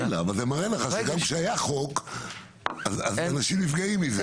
וזה מראה לך שגם כשהיה חוק אנשים נפגעים מזה,